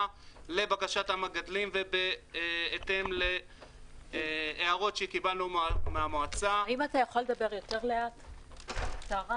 לבקשת המגדלים ובהתאם להערות שקיבלנו מהמועצה ------ התקנות